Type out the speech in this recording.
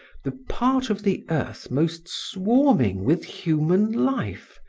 the part of the earth most swarming with human life,